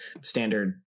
standard